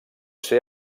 ser